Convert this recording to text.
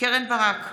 קרן ברק,